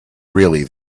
really